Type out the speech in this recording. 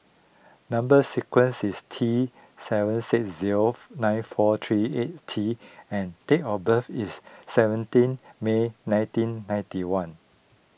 Number Sequence is T seven six zero nine four three eight T and date of birth is seventeen May nineteen ninety one